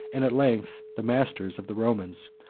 and at length the masters, of the romans,